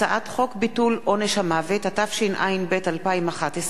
התשע”ב 2011,